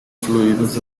fluidos